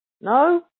No